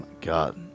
god